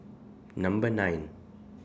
Number nine